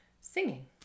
singing